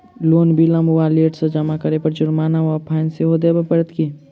Loan विलंब वा late सँ जमा करै पर जुर्माना वा फाइन सेहो देबै पड़त की?